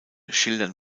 schildern